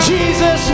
Jesus